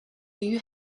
you